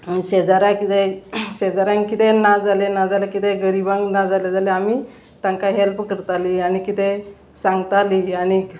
शेजारा किदें शेजाऱ्यांक कितें ना जालें ना जाल्यार किदेंय गरिबांक ना जालें जाल्यार आमी तांकां हेल्प करतालीं आनी किदेंय सांगतालीं आनी